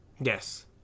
Yes